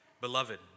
Beloved